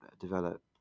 develop